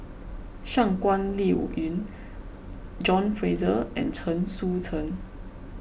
Shangguan Liuyun John Fraser and Chen Sucheng